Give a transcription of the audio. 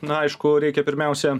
na aišku reikia pirmiausia